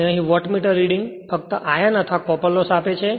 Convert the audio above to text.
અને અહીં wattmeter reading ફક્ત આયર્ન અથવા કોર લોસ આપે છે